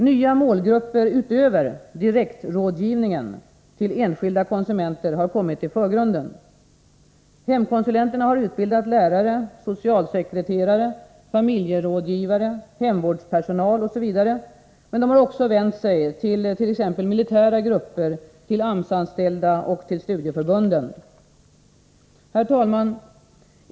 Nya målgrupper utöver direktrådgivningen till enskilda konsumenter har kommit i förgrunden. Hemkonsulenterna har utbildat lärare, socialsekreterare, familjerådgivare, hemvårdspersonal osv., men de har också vänt sig till exempelvis militära målgrupper, AMS-anställda och studieförbunden. Herr talman!